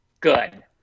Good